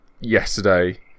yesterday